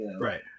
Right